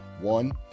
one